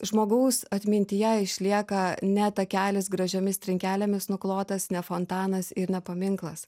žmogaus atmintyje išlieka ne takelis gražiomis trinkelėmis nuklotas ne fontanas ir ne paminklas